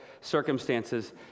circumstances